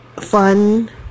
fun